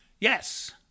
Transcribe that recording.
Yes